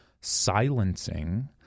silencing